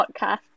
podcast